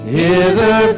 hither